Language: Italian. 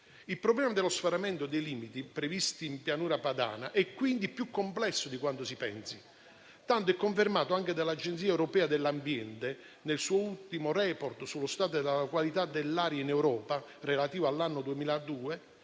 Il problema dello sforamento dei limiti previsti in Pianura padana, quindi, è più complesso di quanto si pensi. Tanto è confermato anche dall'Agenzia europea dell'ambiente che, nel suo ultimo *report* sullo stato della qualità dell'aria in Europa, relativo all'anno 2022,